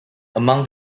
among